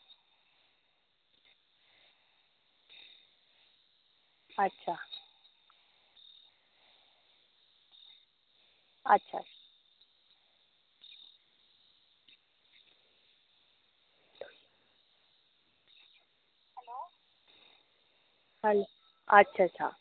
अच्छा अच्छा अच्छा अच्छा